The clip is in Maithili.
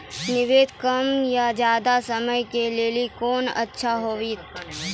निवेश कम या ज्यादा समय के लेली कोंन अच्छा होइतै?